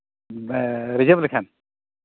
ᱨᱤᱡᱟᱹᱵᱷ ᱞᱮᱠᱷᱟᱱ